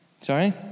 Sorry